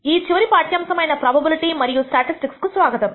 ఈ చివరి పాఠ్యాంశము అయిన ప్రోబబిలిటీ మరియు స్టాటిస్టిక్స్ స్వాగతం